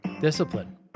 Discipline